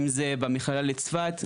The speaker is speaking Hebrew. אם זה במכללה בצפת,